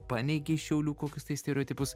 paneigei šiaulių kokius tai stereotipus